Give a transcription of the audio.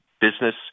business